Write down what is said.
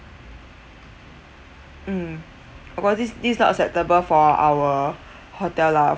mm of course this this is not acceptable for our hotel lah